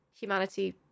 humanity